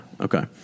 okay